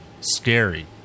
scary